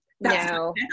no